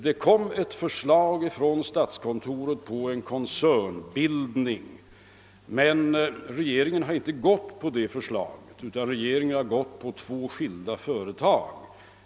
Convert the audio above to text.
Statskontoret framlade ett förslag om en koncernbildning, men regeringen godtog inte detta förslag utan valde systemet med två skilda företag.